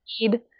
need